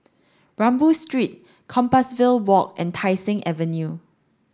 Rambau Street Compassvale Walk and Tai Seng Avenue